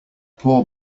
poor